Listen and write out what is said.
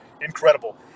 incredible